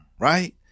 right